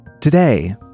Today